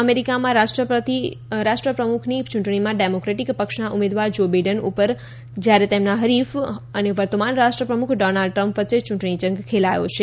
અમેરિકામાં રાષ્ટ્રપ્રમુખની યૂંટણીમાં ડેમોકેટિક પક્ષના ઉમેદવાર જો બીડેન ઉપર જ્યારે તેમના હરીફ અને વર્તમાન રાષ્ટ્રપ્રમુખ ડોનાલ્ડ ટ્રમ્પ વચ્ચે ચૂંટણી જંગ ખેલાયો છે